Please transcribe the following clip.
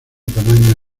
tamaño